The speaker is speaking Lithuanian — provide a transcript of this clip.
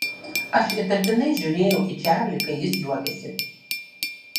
aš įtartinai žiūrėjau į čarlį kai jis juokėsi